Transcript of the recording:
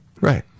Right